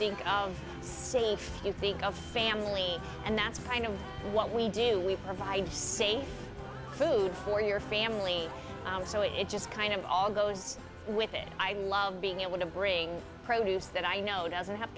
think safe you think of family and that's kind of what we do we provide safe food for your family so it just kind of all goes with it i love being able to bring produce that i know doesn't have